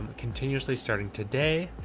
continuously starting today.